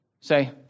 say